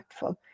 impactful